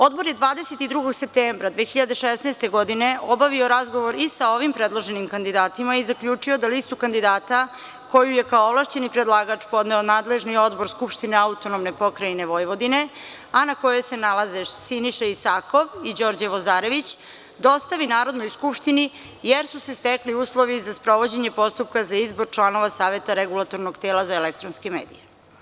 Odbor je 22. septembra 2016. godine obavio razgovor i sa ovim predloženim kandidatima i zaključio da listu kandidata koju je kao ovlašćeni predlagač podneo nadležni odbor Skupštine AP Vojvodine, a na kojoj se nalaze Siniša Isakov i Đorđe Vozarević, dostavi Narodnoj skupštini jer su se stekli uslovi za sprovođenje postupka za izbor članova Saveta Regulatornog tela za elektronske medije.